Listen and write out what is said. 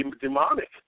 demonic